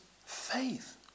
faith